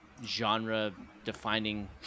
genre-defining